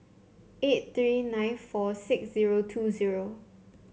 eight three nine four six zero two zero